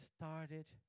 started